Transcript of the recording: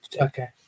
Okay